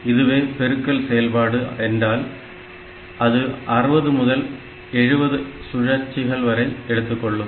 இதுவே பெருக்கல் செயல்பாடு என்றால் அது 60 முதல் 70 சுழற்சிகள் வரை எடுத்துக்கொள்ளும்